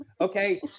Okay